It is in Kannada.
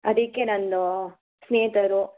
ಅದಕ್ಕೆ ನನ್ದು ಸ್ನೇಹಿತರು